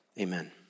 amen